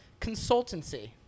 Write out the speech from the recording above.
consultancy